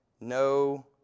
no